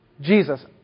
Jesus